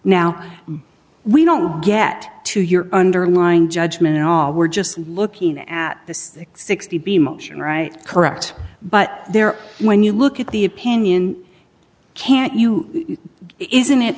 now we don't get to your underlying judgment at all we're just looking at this sixty b motion right correct but there when you look at the opinion can't you isn't it